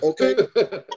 okay